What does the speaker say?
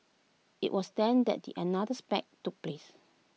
IT was then that another spat took place